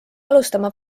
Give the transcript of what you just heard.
alustama